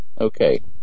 Okay